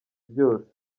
byose